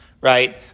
right